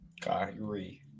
Kyrie